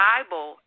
Bible